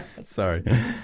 Sorry